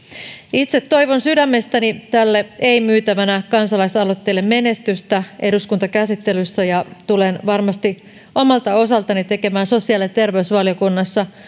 itse toivon sydämestäni tälle ei myytävänä kansalaisaloitteelle menestystä eduskuntakäsittelyssä ja tulen varmasti omalta osaltani tekemään sosiaali ja terveysvaliokunnassa